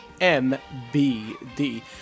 MBD